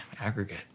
aggregate